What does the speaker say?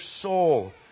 soul